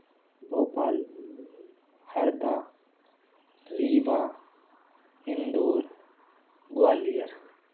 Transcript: Bhopal Harda Rewa Indore Gwalior